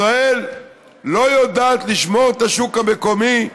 ישראל לא יודעת לשמור את השוק המקומי.